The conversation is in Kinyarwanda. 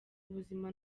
ubuzima